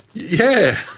yeah!